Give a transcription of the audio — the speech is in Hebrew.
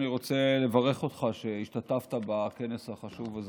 אני רוצה לברך אותך על שהשתתפת בכנס החשוב הזה